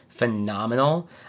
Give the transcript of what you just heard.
phenomenal